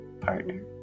partner